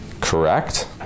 Correct